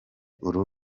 uru